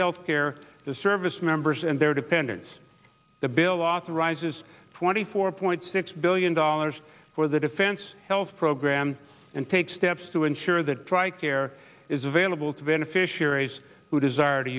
health care to service members and their dependents the bill authorizes twenty four point six billion dollars for the defense health program and take steps to ensure that tri care is available to beneficiaries who desire to